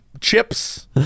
chips